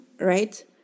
right